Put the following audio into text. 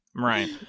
Right